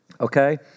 okay